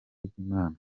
ry’imana